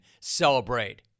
celebrate